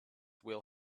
will